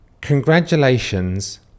Congratulations